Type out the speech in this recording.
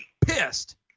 pissed